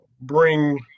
bring